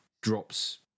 drops